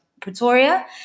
Pretoria